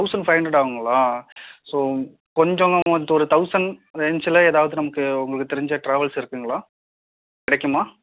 thousand five hundred ஆகுங்களா so கொஞ்சம் ஒரு தௌசண்ட் ரேஞ்ச்சில் ஏதாவது நமக்கு உங்களுக்கு தெரிஞ்ச ட்ராவல்ஸ் இருக்குதுங்களா கிடைக்குமா